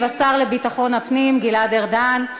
ישיב השר לביטחון הפנים גלעד ארדן.